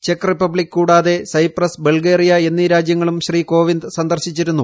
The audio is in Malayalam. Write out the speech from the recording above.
ചെക്ക് റിപ്പബ്ലിക് കൂടാത്ത് സൈപ്രസ് ബൾഗേറിയ എന്നീ രാജ്യങ്ങളും ശ്രീ കോമ്പീന്ദ് സന്ദർശിച്ചിരുന്നു